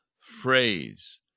phrase